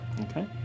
Okay